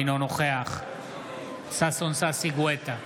אינו נוכח ששון ששי גואטה,